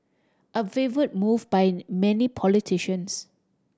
a favoured move by many politicians